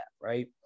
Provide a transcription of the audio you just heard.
right